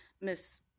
Miss